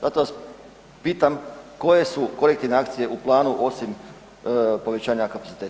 Zato vas pitam koje su korektivne akcije u planu osim povećanja kapaciteta?